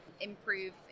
improve